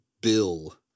Bill